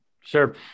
Sure